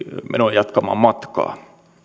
jatkamaan matkaa